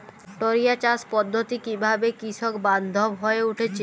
টোরিয়া চাষ পদ্ধতি কিভাবে কৃষকবান্ধব হয়ে উঠেছে?